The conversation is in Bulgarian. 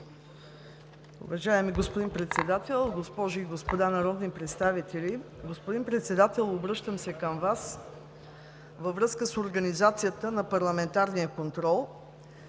Уважаеми господин Председател, госпожи и господа народни представители! Господин Председател, обръщам се към Вас във връзка с организацията на парламентарния контрол.